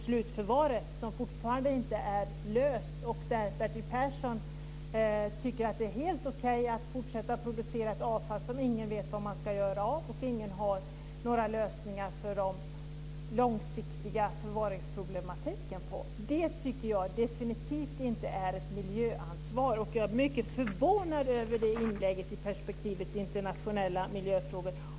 Slutförvaret är fortfarande inte löst. Bertil Persson tycker att det är helt okej att fortsätta producera ett avfall som ingen vet var man ska göra av, där ingen har några lösningar för den långsiktiga förvaringsproblematiken. Det är definitivt inte något miljöansvar. Jag är mycket förvånad över det inlägget i perspektivet internationella miljöfrågor.